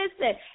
Listen